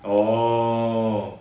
orh